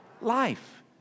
life